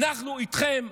אנחנו איתכם,